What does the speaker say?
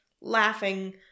laughing